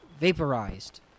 vaporized